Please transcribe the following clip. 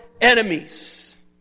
enemies